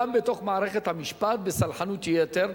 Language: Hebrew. גם בתוך מערכת המשפט בסלחנות יתר.